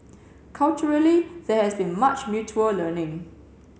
culturally there has been much mutual learning